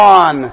on